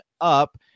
up